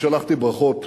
אני שלחתי ברכות